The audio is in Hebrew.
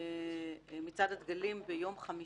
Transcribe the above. ארגון "בצלמו",